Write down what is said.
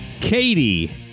Katie